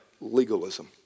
legalism